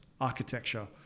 architecture